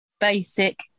basic